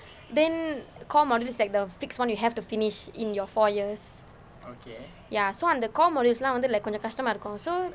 then core modules like the fixed [one] you have to finish in your four years ya so அந்த:antha core modules எல்லாம் வந்து:ellaam vanthu like கொஞ்சம் கஷ்டமா இருக்கும்:koncham kashtamaa irukkum so